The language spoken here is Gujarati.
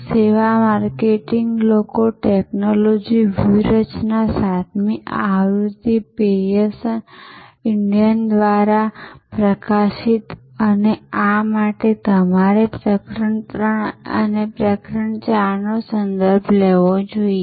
સેવા માર્કેટિંગ લોકો ટેક્નોલોજી વ્યૂહરચના 7મી આવૃત્તિ પીયર્સન ઈન્ડિયા દ્વારા પ્રકાશિત અને આ માટે તમારે પ્રકરણ 3 અને પ્રકરણ 4 નો સંદર્ભ લેવો જોઈએ